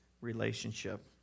relationship